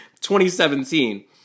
2017